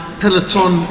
peloton